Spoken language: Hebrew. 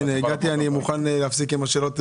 הנה, הגעתי ואני מוכן לעצור עם השאלות.